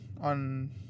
on